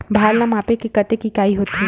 भार ला मापे के कतेक इकाई होथे?